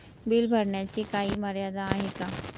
Bill भरण्याची काही मर्यादा आहे का?